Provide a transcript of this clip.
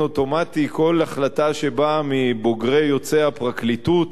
אוטומטי כל החלטה שבאה מבוגרי-יוצאי הפרקליטות